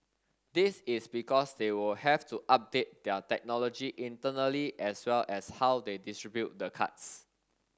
this is because they will have to update their technology internally as well as how they distribute the cards